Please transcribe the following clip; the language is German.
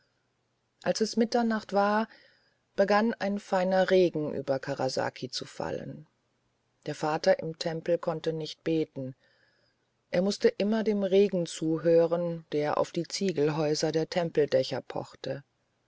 als es mitternacht war begann ein feiner regen über karasaki zu fallen der vater im tempel konnte nicht beten er mußte immer dem regen zuhören der auf die ziegelhäuser der tempeldächer pochte